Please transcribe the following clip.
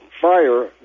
fire